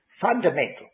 fundamental